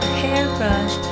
hairbrush